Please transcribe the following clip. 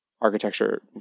architecture